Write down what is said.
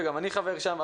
וגם אני חבר שם,